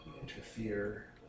interfere